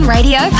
Radio